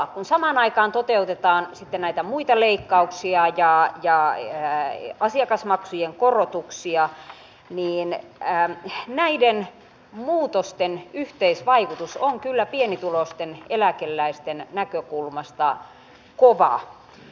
kun samaan aikaan toteutetaan sitten näitä muita leikkauksia ja asiakasmaksujen korotuksia niin näiden muutosten yhteisvaikutus on kyllä pienituloisten eläkeläisten näkökulmasta kova